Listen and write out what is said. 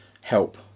help